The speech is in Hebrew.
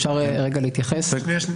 אפשר רגע להתייחס.